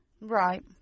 Right